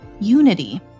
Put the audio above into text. unity